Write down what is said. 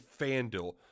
FanDuel